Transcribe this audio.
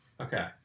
Okay